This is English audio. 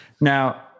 Now